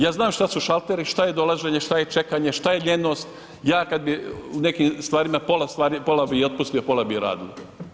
Ja znam šta su šalteri, šta je dolaženje, šta je čekanje, šta je ljenost, ja kad bi u nekim stvarima, pola stvari, pola bi ih otpustio pola bi ih radilo.